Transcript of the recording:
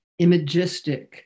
imagistic